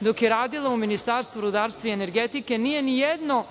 dok je radila u Ministarstvu rudarstva i energetike, nije nijednu